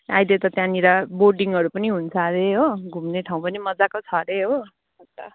अहिले त त्यहाँनिर बोटिङहरू पनि हुन्छ अरे हो घुम्ने ठाउँ पनि मजाको छ अरे हो अन्त